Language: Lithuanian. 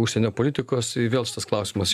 užsienio politikos vėl šitas klausimas